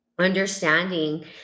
understanding